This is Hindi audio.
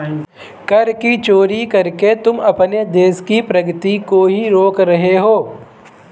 कर की चोरी करके तुम अपने देश की प्रगती को ही रोक रहे हो